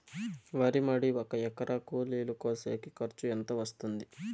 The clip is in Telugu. వరి మడి ఒక ఎకరా కూలీలు కోసేకి ఖర్చు ఎంత వస్తుంది?